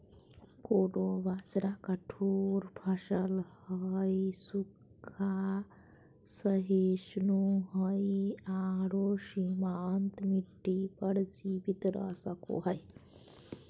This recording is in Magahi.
कोडो बाजरा कठोर फसल हइ, सूखा, सहिष्णु हइ आरो सीमांत मिट्टी पर जीवित रह सको हइ